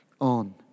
on